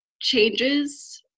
changes